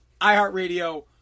iHeartRadio